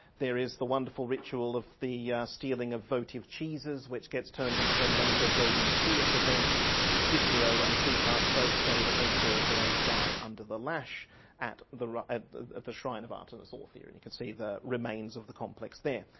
there is the wonderful ritual of the stealing of votive cheeses which gets turned into a later roman tourist event and cicero and plutarch both say that they saw boys die under the lash at the at the shrine of artemis orthia and you can see the remains of the complex there.